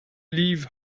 leave